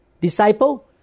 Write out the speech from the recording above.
Disciple